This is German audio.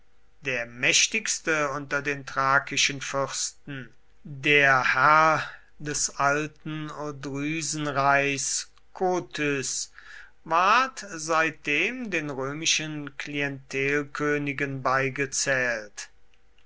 der mächtigste unter den thrakischen fürsten der herr des alten odrysenreichs kotys ward seitdem den römischen klientelkönigen beigezählt